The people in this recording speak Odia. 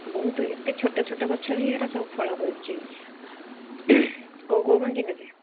ବହୁତ ଏତେ ଛୋଟ ଛୋଟ ଗଛରୁ ହିଁ ଏଇଟା ସବୁ ଫଳ ହେଉଛି କେଉଁ କେଉଁ ମଞ୍ଜି ନେବେ